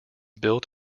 built